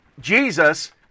Jesus